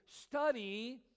Study